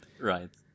Right